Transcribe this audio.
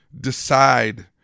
decide